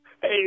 Hey